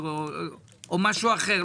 או משהו אחר,